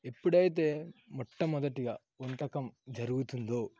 ఇప్పుడైతే మొట్టమొదటిగా వంటకం జరుగుతుందో